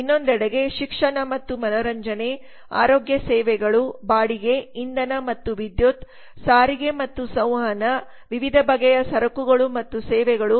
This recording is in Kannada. ಇನ್ನೊಂದೆಡೆಗೆಶಿಕ್ಷಣ ಮತ್ತು ಮನರಂಜನೆ ಆರೋಗ್ಯ ಸೇವೆಗಳು ಬಾಡಿಗೆ ಇಂಧನ ಮತ್ತು ವಿದ್ಯುತ್ ಸಾರಿಗೆ ಮತ್ತು ಸಂವಹನ ವಿವಿಧ ಬಗೆಯ ಸರಕುಗಳು ಮತ್ತು ಸೇವೆಗಳು 2008 09 ಹೆಚ್ಚುತ್ತಿವೆ